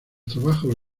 trabajos